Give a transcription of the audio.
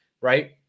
right